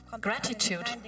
gratitude